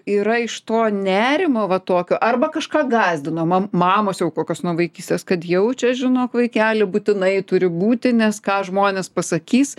yra iš to nerimo va tokio arba kažką gąsdino mam mamos jau kokios nuo vaikystės kad jau čia žinok vaikeli būtinai turi būti nes ką žmonės pasakys